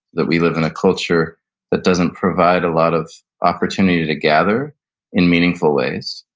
that we live in a culture that doesn't provide a lot of opportunity to gather in meaningful ways,